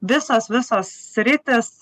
visos visos sritys